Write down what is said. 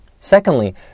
Secondly